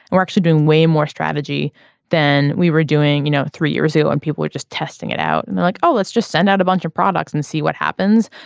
and we're actually doing way more strategy than we were doing you know three years ago when and people were just testing it out and they're like oh let's just send out a bunch of products and see what happens.